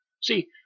See